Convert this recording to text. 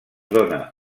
dóna